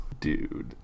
Dude